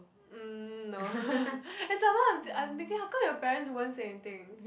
mm no and some more I'm th~ I'm thinking how come your parents won't say anything